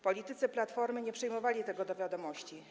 Politycy Platformy nie przyjmowali tego do wiadomości.